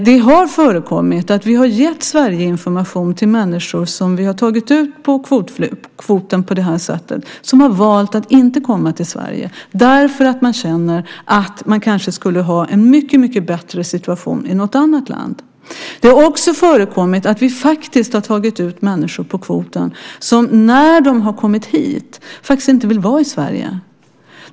Det har förekommit att vi har gett Sverigeinformation till människor som vi har tagit ut på kvoten på det här sättet som har valt att inte komma därför att de känner att de kanske skulle ha en mycket bättre situation i något annat land. Det har också förekommit att vi har tagit ut människor på kvoten som när de har kommit hit faktiskt inte vill vara i Sverige.